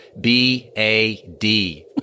B-A-D